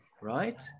Right